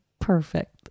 perfect